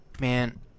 man